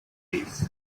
relief